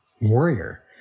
warrior